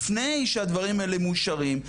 לפני שהדברים האלה מאושרים,